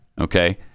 Okay